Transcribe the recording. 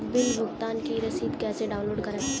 Bill भुगतान की रसीद कैसे डाउनलोड करें?